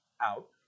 out